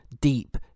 deep